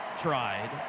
tried